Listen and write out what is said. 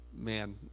Man